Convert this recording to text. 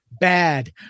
Bad